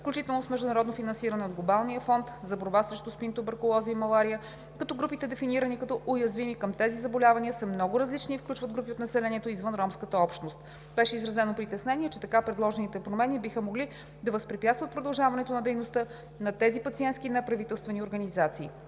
включително с международно финансиране от Глобалния фонд за борба срещу СПИН, туберкулоза и малария, като групите, дефинирани като уязвими към тези заболявания, са много различни и включват групи от населението извън ромската общност. Беше изразено притеснение, че така предложените промени биха могли да възпрепятстват продължаването на дейността на тези пациентски и неправителствени организации.